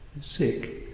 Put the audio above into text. Sick